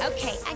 Okay